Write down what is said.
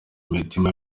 imitima